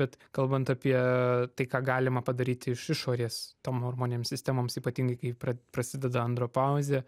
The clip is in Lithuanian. bet kalbant apie tai ką galima padaryti iš išorės tom hormoninėm sistemoms ypatingai kai pra prasideda andropauzė